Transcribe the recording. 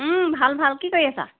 ভাল ভাল কি কৰি আছা